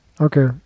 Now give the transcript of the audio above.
Okay